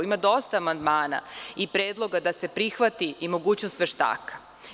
Ima dosta amandmana i predloga da se prihvati i mogućnost veštaka.